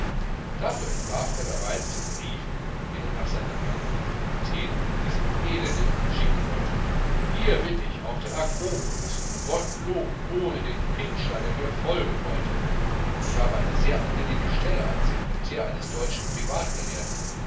dafür entwarf er bereits den brief den er nach seiner ankunft in athen diesem elenden schicken wollte hier bin ich auf der akropolis und gottlob ohne den pintscher der mir folgen wollte ich habe eine sehr angenehme stelle als sekretär eines deutschen